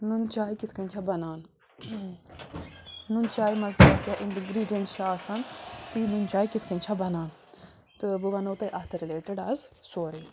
نُنٛنہٕ چاے کِتھ کٔنۍ چھےٚ بنان نُنٛنہٕ چاے منٛز کیٛا اِنٛگریٖڈینٹس چھِ آسان تہٕ یہِ نُنٛنہٕ چاے کِتھ کَنہِ چھےٚ بنان تہٕ بہٕ وَنَو تۄہہِ اَتھ رِلیٹِڈ آز سورٕے